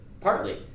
partly